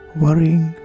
worrying